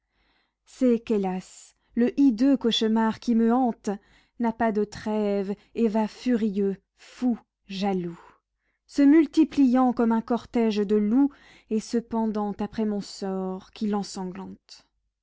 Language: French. c'est qu'hélas le hideux cauchemar qui me hante n'a pas de trêve et va furieux fou jaloux se multipliant comme un cortège de loups et se pendant après mon sort qu'il